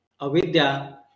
avidya